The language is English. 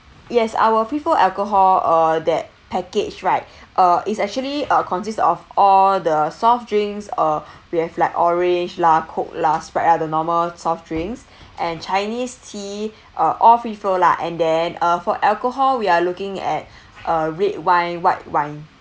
yes our free flow alcohol uh that package right uh it's actually uh consists of all the soft drinks uh we have like orange lah coke lah sprite lah the normal soft drinks and chinese tea uh all free flow lah and then uh for alcohol we are looking at uh red wine white wine